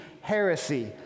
heresy